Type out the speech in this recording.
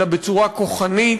אלא בצורה כוחנית,